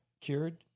cured